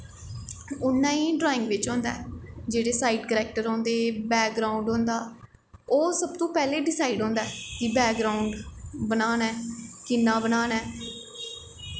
उ'आं ई ड्राईंग बिच्च होंदा ऐ जेह्ड़े साईड करैक्टर होंदे बैकग्राउंड होंदा ओह् सब तो पैह्ले डिसाईड होंदा ऐ कि बैकग्राउंड बनाना ऐ कि'यां बनाना ऐ